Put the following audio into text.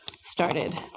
started